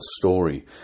story